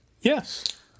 Yes